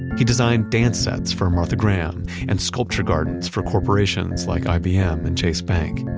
he designed dance sets for martha graham and sculpture gardens for corporations like ibm and chase bank.